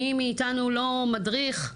מי מאתנו לא מדריך,